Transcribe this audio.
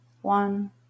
one